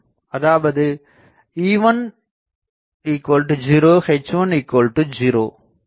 அதாவது E10 H10